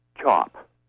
chop